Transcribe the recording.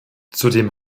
zudem